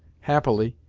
happily,